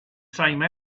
same